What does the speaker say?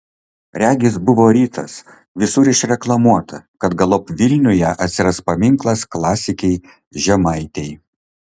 regis buvo rytas visur išreklamuota kad galop vilniuje atsiras paminklas klasikei žemaitei